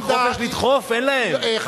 אבל חופש לדחוף אין להם,